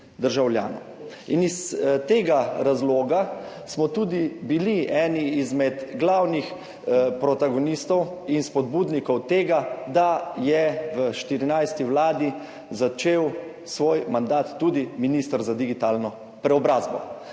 Iz tega razloga smo tudi bili eni izmed glavnih protagonistov in spodbudnikov tega, da je v 14. vladi začel svoj mandat tudi minister za digitalno preobrazbo.